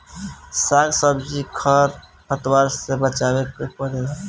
साग सब्जी के खर पतवार से बचावे के पड़ेला